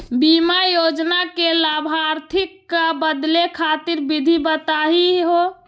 बीमा योजना के लाभार्थी क बदले खातिर विधि बताही हो?